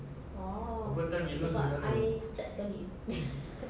oh sebab I cat sekali